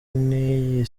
n’iyi